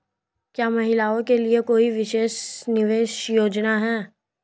क्या महिलाओं के लिए कोई विशेष निवेश योजना है?